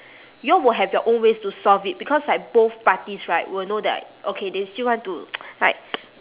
you all will have your own ways to solve it because like both parties right will know that okay they still want to like